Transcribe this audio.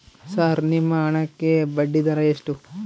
Sir ನಿಮ್ಮ ಹಣಕ್ಕೆ ಬಡ್ಡಿದರ ಎಷ್ಟು?